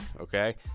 Okay